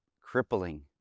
crippling